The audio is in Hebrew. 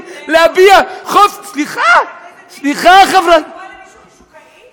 יכולים להביע, זה עלבון לקרוא למישהו חישוקאי?